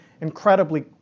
incredibly